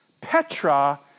Petra